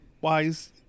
wise